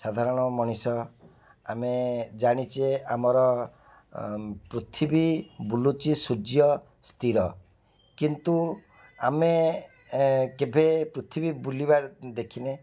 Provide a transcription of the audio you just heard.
ସାଧାରଣ ମଣିଷ ଆମେ ଜାଣିଛେ ଆମର ପୃଥିବୀ ବୁଲୁଛି ସୂର୍ଯ୍ୟ ସ୍ଥିର କିନ୍ତୁ ଆମେ କେଭେ ପୃଥିବୀ ବୁଲିବାର ଦେଖିନେ